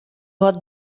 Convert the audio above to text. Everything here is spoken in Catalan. got